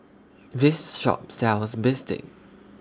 This Shop sells Bistake